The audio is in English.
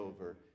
over